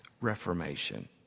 reformation